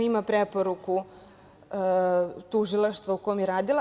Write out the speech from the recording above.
Ima preporuku tužilaštva u kom je radila.